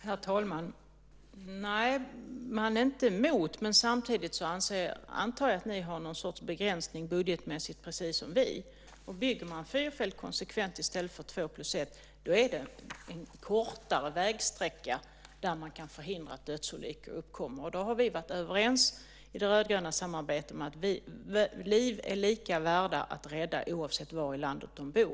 Herr talman! Nej, ni är inte emot det, men samtidigt antar jag att ni precis som vi har någon sorts budgetmässig begränsning. Om vi konsekvent bygger fyrfält i stället för "2 + 1" får vi en kortare vägsträcka där vi kan förhindra att dödsolyckor inträffar. I det rödgröna samarbetet har vi varit överens om att liv är lika mycket värda att räddas oavsett var i landet man bor.